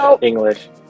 English